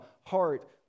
heart